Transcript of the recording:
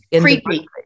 creepy